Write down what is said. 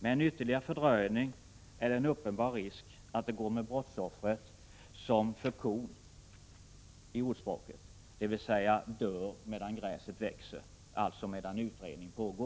Med en ytterligare fördröjning är det uppenbar risk att det går med brottsoffret som med kon i ordspråket. Kon dör medan gräset gror, och i detta fall blir det så att